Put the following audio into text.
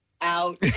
out